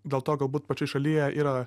dėl to galbūt pačioj šalyje yra